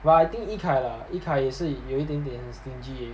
but I think yikai lah yikai 也是有一点点 stingy